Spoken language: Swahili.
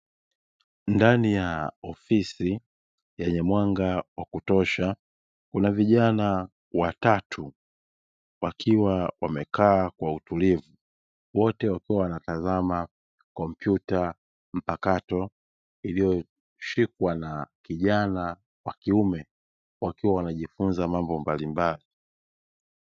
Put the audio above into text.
Ndani ya ofisi yenye mwanga wa kutosha kuna vijana watatu wakiwa wamekaa kwa utulivu, wote wakiwa wanatazama kompyuta mpakato, iliyoshikwa na kijana wa kiume wakiwa wanajifunza mambo mbalimbali.